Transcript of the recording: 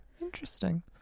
Interesting